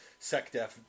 SecDef